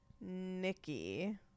Nikki